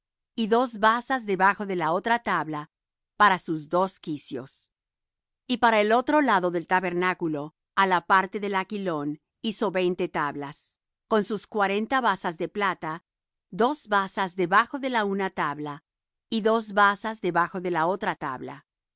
y dos basas debajo de la otra tabla para sus dos quicios y al otro lado del tabernáculo á la parte del aquilón veinte tablas y sus cuarenta basas de plata dos basas debajo de la una tabla y dos basas debajo de la otra tabla